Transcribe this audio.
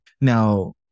Now